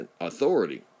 authority